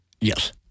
Yes